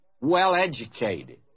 well-educated